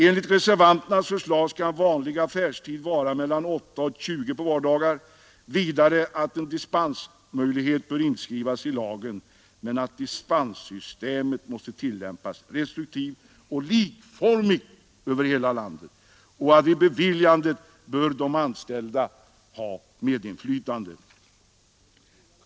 Enligt reservanternas förslag skall vanlig affärstid vara 8.00—20.00 på vardagar, och vidare föreslås att en dispensmöjlighet bör inskrivas i lagen men att dispenssystemet måste tillämpas restriktivt och likformigt över hela landet och att vid beviljandet de anställda bör ha medinflytande.